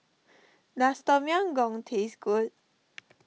does Tom Yam Goong taste good